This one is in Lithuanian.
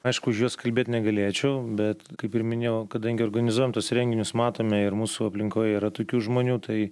aišku už juos kalbėt negalėčiau bet kaip ir minėjau kadangi organizuojam tuos renginius matome ir mūsų aplinkoj yra tokių žmonių tai